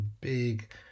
big